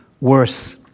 worse